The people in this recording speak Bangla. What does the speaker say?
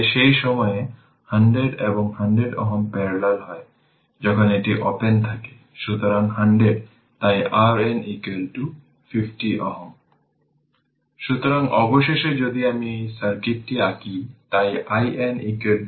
তাই যা করতে পারি তা হল যদি আমি এই জিনিসের আগে এটিকে এভাবে তৈরি করি তাহলে এটি হল একটি লুপ এটি আরেকটি লুপ নিতে পারে এবং যদি এই কারেন্ট i1 হয় তবে এই কারেন্টটি i2